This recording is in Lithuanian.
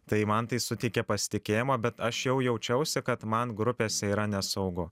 tai man tai suteikė pasitikėjimo bet aš jau jaučiausi kad man grupėse yra nesaugu